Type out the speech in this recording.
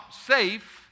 safe